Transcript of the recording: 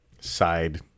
side